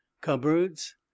cupboards